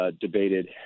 debated